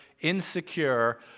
insecure